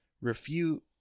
refute